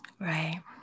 Right